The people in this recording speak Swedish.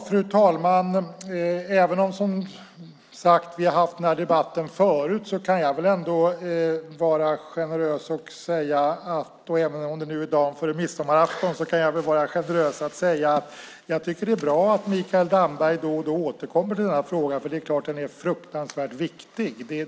Fru talman! Även om vi, som sagt, har haft den här debatten förut kan jag väl vara generös och säga, även om det är dagen före midsommarafton, att jag tycker att det är bra att Mikael Damberg då och då återkommer till den här frågan. Det är klart att den är fruktansvärt viktig.